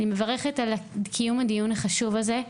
אני מברכת על קיום הדיון החשוב הזה,